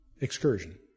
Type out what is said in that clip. excursion